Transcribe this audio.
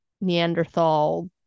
Neanderthal